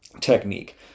technique